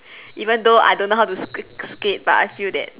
even though I don't know how to sk~ skate but I feel that